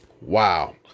Wow